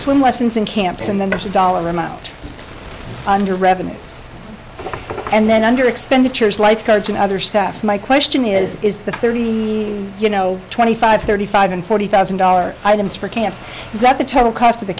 swim lessons and camps and then there's a dollar amount under revenues and then under expenditures lifeguards and other staff my question is is that thirteen you know twenty five thirty five and forty thousand dollar items for camps is that the telecast of the